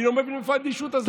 אני לא מבין מאיפה האדישות הזאת.